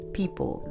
people